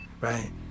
right